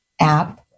app